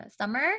summer